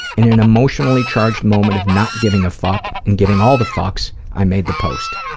in an emotionally charged moment of not giving a fuck and giving all the fucks, i made the post.